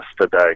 today